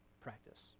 practice